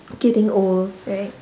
getting old right